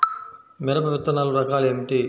మిరప విత్తనాల రకాలు ఏమిటి?